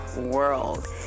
world